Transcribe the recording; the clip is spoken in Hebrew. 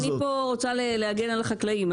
אני פה רוצה להגן על החקלאים.